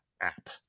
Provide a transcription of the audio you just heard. app